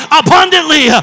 abundantly